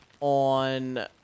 on